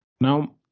Now